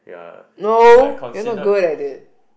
no you're not good at it